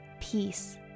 peace